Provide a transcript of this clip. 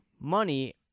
money